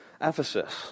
Ephesus